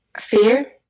Fear